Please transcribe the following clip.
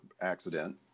accident